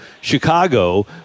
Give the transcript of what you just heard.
Chicago